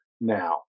now